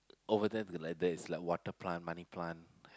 over there the like that is water plant money plant